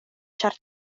ĉar